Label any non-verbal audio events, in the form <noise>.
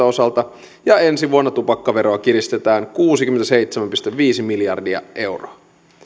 <unintelligible> osalta ja ensi vuonna tupakkaveroa kiristetään kuusikymmentäseitsemän pilkku viisi miljoonaa euroa